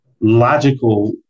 logical